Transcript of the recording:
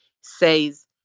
says